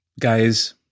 guys